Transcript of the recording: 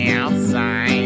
outside